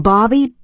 Bobby